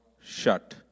shut